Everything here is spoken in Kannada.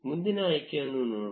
ಮುಂದಿನ ಆಯ್ಕೆಯನ್ನು ನೋಡೋಣ